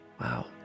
Wow